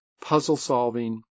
puzzle-solving